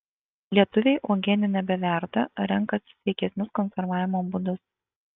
lietuviai uogienių nebeverda renkasi sveikesnius konservavimo būdus